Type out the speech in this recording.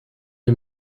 est